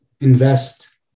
invest